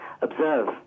observe